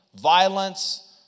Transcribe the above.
violence